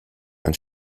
ein